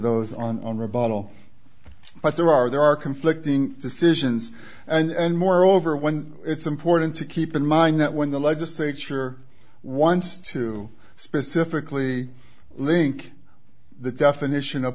those on the bottle but there are there are conflicting decisions and moreover when it's important to keep in mind that when the legislature wants to specifically link the definition of